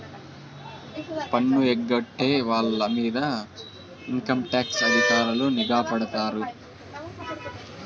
పన్ను ఎగ్గొట్టే వాళ్ళ మీద ఇన్కంటాక్స్ అధికారులు నిఘా పెడతారు